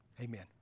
Amen